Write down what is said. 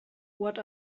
what